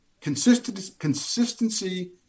consistency